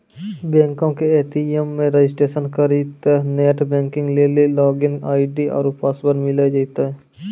बैंको के ए.टी.एम मे रजिस्ट्रेशन करितेंह नेट बैंकिग लेली लागिन आई.डी आरु पासवर्ड मिली जैतै